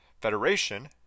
Federation